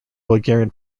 bulgarian